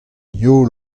heol